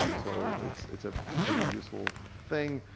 um so it's it's a pretty useful thing.